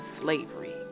slavery